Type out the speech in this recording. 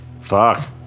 Fuck